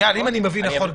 אם אני מבין נכון,